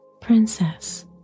Princess